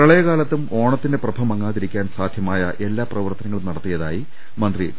പ്രളയകാലത്തും ഓണത്തിന്റെ പ്രഭ മങ്ങാതിരിക്കാൻ സാധ്യമായ എല്ലാ പ്രവർത്തനങ്ങളും നടത്തിയതായി മന്ത്രി ടി